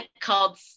called